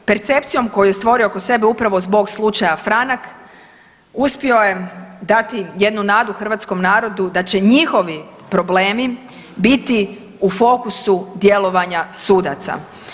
Percepcijom koju je stvorio oko sebe upravo zbog slučaja Franak uspio je dati jednu nadu hrvatskom narodu da će njihovi problemi biti u fokusu djelovanja sudaca.